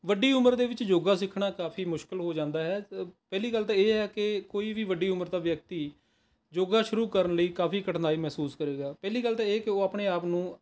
ਵੱਡੀ ਉਮਰ ਦੇ ਵਿੱਚ ਯੋਗਾ ਸਿੱਖਣਾ ਕਾਫ਼ੀ ਮੁਸ਼ਕਿਲ ਹੋ ਜਾਂਦਾ ਹੈ ਪਹਿਲੀ ਗੱਲ ਤਾਂ ਇਹ ਹੈ ਕਿ ਕੋਈ ਵੀ ਵੱਡੀ ਉਮਰ ਦਾ ਵਿਅਕਤੀ ਯੋਗਾ ਸ਼ੁਰੂ ਕਰਨ ਲਈ ਕਾਫੀ ਕਠਿਨਾਈ ਮਹਿਸੂਸ ਕਰੇਗਾ ਪਹਿਲੀ ਗੱਲ ਤਾਂ ਇਹ ਕਿ ਉਹ ਆਪਣੇ ਆਪ ਨੂੰ